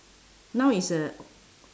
noun is a